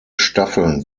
staffeln